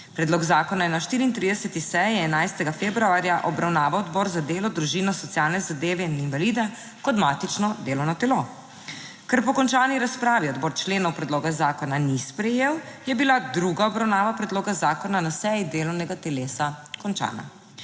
Predlog zakona je na 34. seji 11. februarja obravnaval Odbor za delo, družino, socialne zadeve in invalide kot matično delovno telo. Ker po končani razpravi odbor členov predloga zakona ni sprejel, je bila druga obravnava predloga zakona na seji delovnega telesa končana.